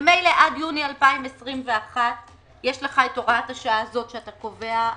ממילא עד יוני 2021 יש לך הוראת השעה שאתה קובע עכשיו,